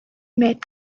met